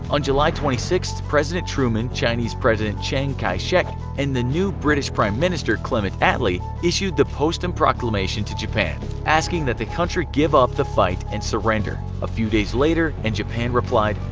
on july twenty sixth president truman, chinese president chiang kai-shek, and the new british prime minister clement atlee issued the potsdam and proclamation to japan, asking that the country give up the fight and surrender. a few days later and japan replied.